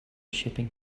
shipping